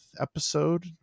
episode